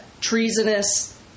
treasonous